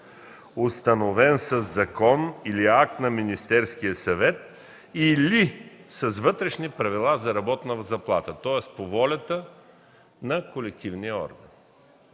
установен със закон или акт на Министерския съвет, или с вътрешни правила за работна заплата, тоест по волята на колективния орган.